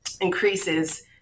increases